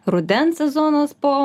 rudens sezonas po